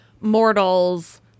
mortal's